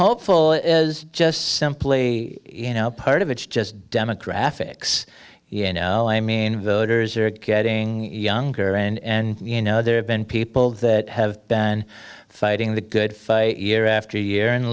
hopeful is just simply you know part of it's just demographics you know i mean voters are getting younger and you know there have been people that have been fighting the good fight year after year and